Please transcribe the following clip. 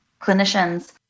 clinicians